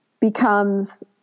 becomes